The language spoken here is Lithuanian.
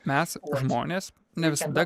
mes žmonės ne visada